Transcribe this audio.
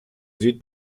süd